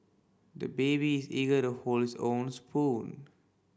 the baby is eager to hold his own spoon